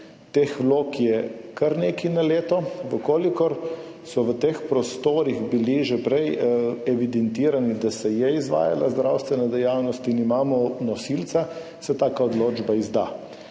Teh vlog je kar nekaj na leto. Če je v teh prostorih bilo že prej evidentirano, da se je izvajala zdravstvena dejavnost, in imamo nosilca, se taka odločba izda.